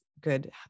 good